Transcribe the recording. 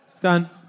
Done